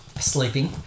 sleeping